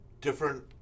Different